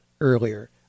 earlier